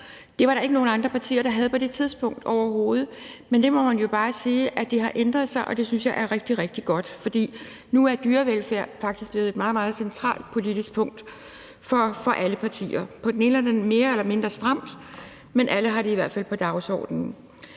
Det var der ikke nogen andre partier der havde på det tidspunkt, overhovedet, men det må man jo bare sige har ændret sig, og det synes jeg er rigtig, rigtig godt. For nu er dyrevelfærd faktisk blevet et meget, meget centralt politisk punkt for alle partier. De er mere eller mindre stramme, men alle har det i hvert fald på dagsordenen.